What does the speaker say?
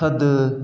थधि